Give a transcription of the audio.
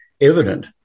evident